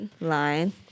line